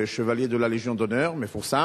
זה chevalier de la légion d'honneur מפורסם.